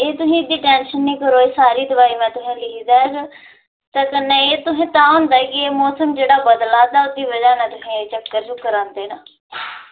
एह् तुस टेंशन निं करो एह् सारियां दोआइयां में तुसेंगी लिखी देङ ते कन्नै एह् जेह्का मौसम बदला दा ते एह्दी बजह कन्नै तुसेंगी चक्कर आंदे न